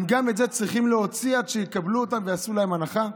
גם את זה הם צריכים להוציא עד שיקבלו אותם ויעשו להם הנחה?